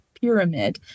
pyramid